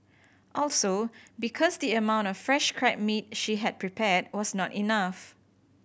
also because the amount of fresh crab meat she had prepared was not enough